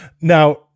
Now